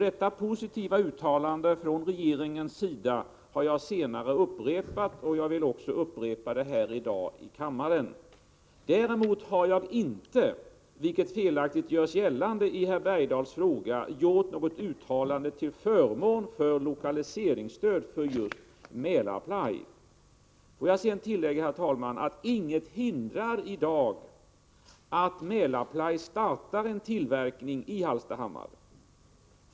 Detta positiva uttalande från regeringens sida har jag senare upprepat, och jag vill upprepa det på nytt här i dag i kammaren. Däremot har jag inte, vilket felaktigt görs gällande i herr Bergdahls fråga, gjort något uttalande till förmån för lokaliseringsstöd för just Mälarply. Får jag sedan tillägga, herr talman, att inget i dag hindrar att Mälarply startar en tillverkning i Hallstahammar.